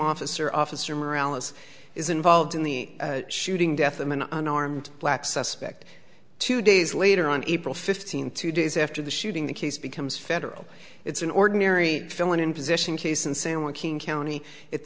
officer officer morality is involved in the shooting death of an unarmed black suspect two days later on april fifteenth two days after the shooting the case becomes federal it's an ordinary filling in position case in san joaquin county it